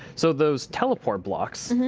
so, those teleport blocks.